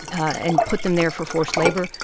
and put them there for forced labor.